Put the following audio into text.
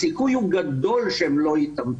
הסיכוי שהן לא יתאמתו,